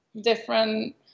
different